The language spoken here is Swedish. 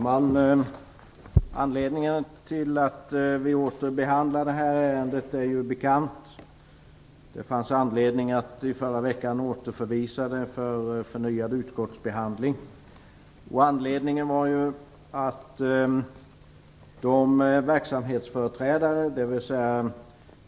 Fru talman! Orsaken till att vi åter behandlar det här ärendet är bekant. Det fanns i förra veckan anledning att återförvisa det för en förnyad utskottsbehandling. Anledningen var att verksamhetsföreträdarna, dvs.